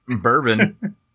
bourbon